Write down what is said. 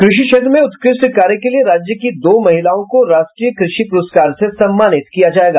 कृषि क्षेत्र में उत्कृष्ठ कार्य के लिए राज्य की दो महिलाओं को राष्ट्रीय कृषि पुरस्कार से सम्मानित किया जायेगा